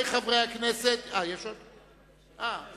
בעד, אין מתנגדים, אין נמנעים.